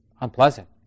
unpleasant